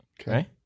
Okay